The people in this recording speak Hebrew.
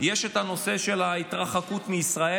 יש את הנושא של ההתרחקות מישראל.